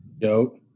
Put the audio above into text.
yo